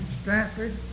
Stratford